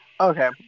Okay